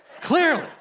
clearly